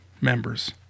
members